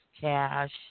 cash